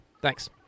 Thanks